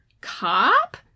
cop